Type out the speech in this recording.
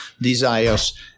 desires